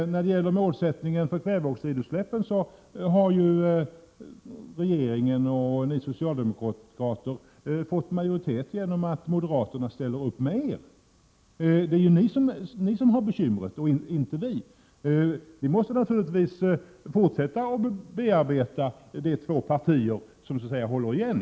När det gäller målsättningen för dem har ju regeringen och socialdemokraterna fått majoritet genom att moderaterna ställer upp med sitt stöd. Det är ju ni som har bekymret, och inte vi. Vi måste naturligtvis fortsätta att bearbeta de två partier som håller igen.